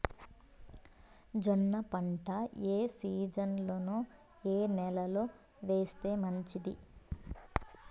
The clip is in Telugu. జొన్న పంట ఏ సీజన్లో, ఏ నెల లో వేస్తే మంచిది?